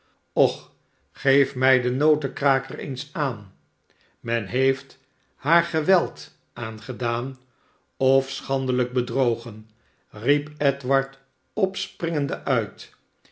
och geef mij den notenkraker eens aan men heeft haar geweld aangedaan of schandelijk bedrogen riep edward opspringende uit